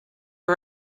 are